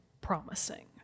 promising